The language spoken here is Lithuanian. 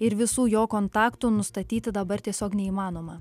ir visų jo kontaktų nustatyti dabar tiesiog neįmanoma